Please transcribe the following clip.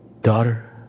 daughter